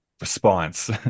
response